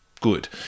good